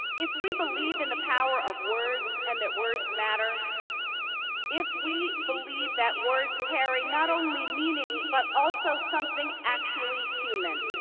if we believe in the power of words and that words matter if we believe that words carry not only meaning but also something actually human